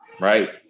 right